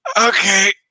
Okay